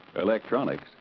electronics